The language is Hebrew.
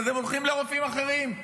אז הם הולכים לרופאים אחרים.